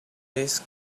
this